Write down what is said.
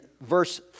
verse